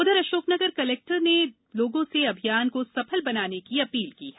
उधर अशोकनगर कलेक्टर ने लोगों से अभियान को सफल बनाने की अपील की है